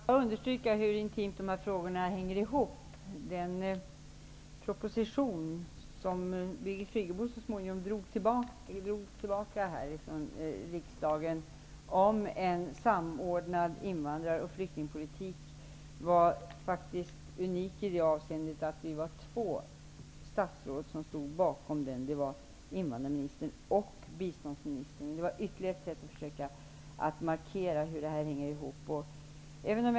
Herr talman! Jag vill bara understryka hur intimt dessa frågor hänger ihop. Den proposition om en samordnad invandrar och flyktingspolitik som Birgit Friggebo så småningom drog tillbaka från riksdagen var faktiskt unik i det avseendet att två statsråd stod bakom den, nämligen invandrarministern och biståndsministern. Det var ytterligare ett sätt att markera hur detta hänger ihop.